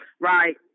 Right